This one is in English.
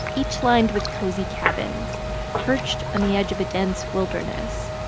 each lined with cozy cabins perched on the edge of a dense wilderness.